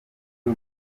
y’u